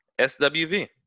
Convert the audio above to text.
SWV